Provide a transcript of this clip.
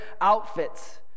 outfits